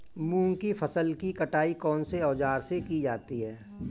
मूंग की फसल की कटाई कौनसे औज़ार से की जाती है?